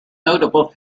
notable